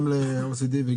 ל-OECD זה